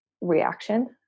reaction